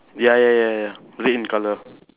ya ya ya ya red in colour